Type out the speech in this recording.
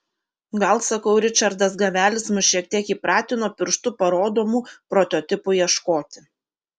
gal sakau ričardas gavelis mus šiek tiek įpratino pirštu parodomų prototipų ieškoti